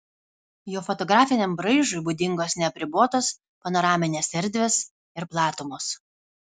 jo fotografiniam braižui būdingos neapribotos panoraminės erdvės ir platumos